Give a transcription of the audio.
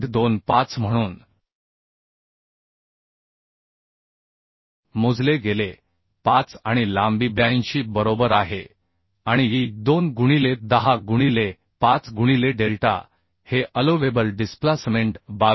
25 म्हणून मोजले गेले 5 आणि लांबी 82 बरोबर आहे आणि E 2 गुणिले 10 गुणिले 5 गुणिले डेल्टा हे अलोवेबल डिस्प्लासमेंट 22